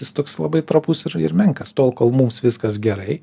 jis toks labai trapus ir ir menkas tol kol mums viskas gerai